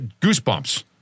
goosebumps